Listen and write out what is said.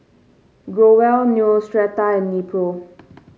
Growell Neostrata and Nepro